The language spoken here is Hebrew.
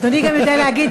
אדוני גם יודע להגיד,